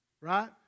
Right